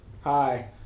hi